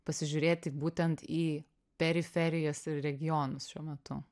pasižiūrėti būtent į periferijas ir regionus šiuo metu